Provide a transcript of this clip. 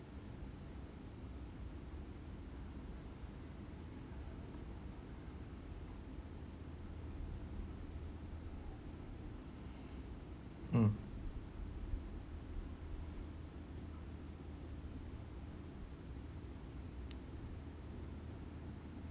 mm